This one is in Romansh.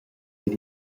vid